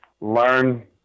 learn